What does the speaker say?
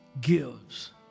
gives